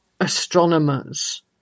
astronomers